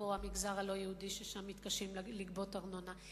אפרופו המגזר הלא-יהודי ששם מתקשים לגבות ארנונה,